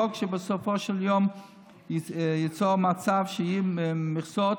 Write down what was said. חוק שבסופו של יום ייצור מצב שיהיו מכסות,